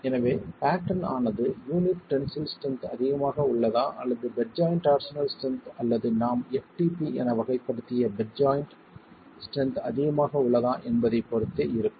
எனவே பாட்டேர்ன் ஆனது unit tensile strength அதிகமாக உள்ளதா அல்லது பெட் ஜாய்ண்ட் டார்ஸினல் ஸ்ட்ரென்த் அல்லது நாம் ftp என வகைப்படுத்திய பெட் ஜாய்ண்ட் ஸ்ட்ரென்த் அதிகமாக உள்ளதா என்பதைப் பொறுத்தே இருக்கும்